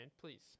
Please